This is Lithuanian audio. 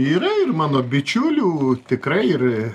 yra ir mano bičiulių tikrai ir